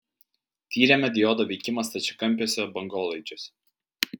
tyrėme diodo veikimą stačiakampiuose bangolaidžiuose